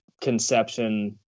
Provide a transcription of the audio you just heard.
conception